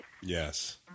Yes